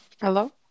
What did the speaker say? Hello